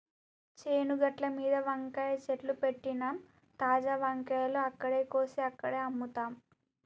చేను గట్లమీద వంకాయ చెట్లు పెట్టినమ్, తాజా వంకాయలు అక్కడే కోసి అక్కడే అమ్ముతాం